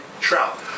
trout